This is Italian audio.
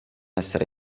essere